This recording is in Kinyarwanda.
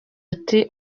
ati